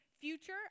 future